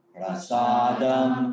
Prasadam